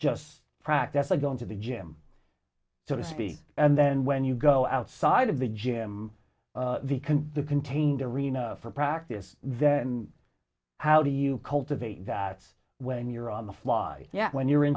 frack that's like going to the gym so to speak and then when you go outside of the gym vic and the contained arena for practice then how do you cultivate that when you're on the fly yeah when you're in